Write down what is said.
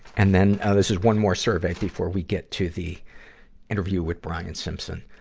and then, ah this is one more survey before we get to the interview with brian simpson.